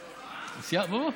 בוא,